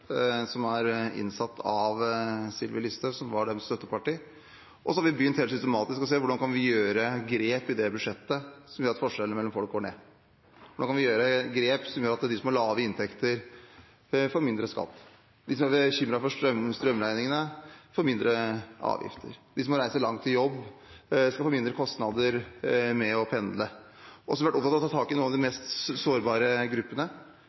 som er innsatt av Sylvi Listhaug og Fremskrittspartiet, som var deres støtteparti. Og så har vi begynt helt systematisk å se på hvordan vi kan gjøre grep i det budsjettet som gjør at forskjellene mellom folk går ned, hvordan vi kan gjøre grep som gjør at de som har lave inntekter, får mindre skatt, at de som er bekymret for strømregningene, får mindre avgifter, at de som må reise langt til jobb, skal få mindre kostnader med å pendle. Så har vi vært opptatt av å ta tak i noen av de mest sårbare gruppene.